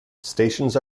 stations